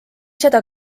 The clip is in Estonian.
seda